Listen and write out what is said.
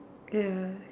ya